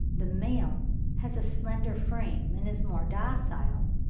the male has a slenderer frame and is more docile,